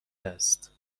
است